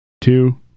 two